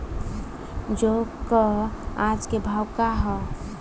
जौ क आज के भाव का ह?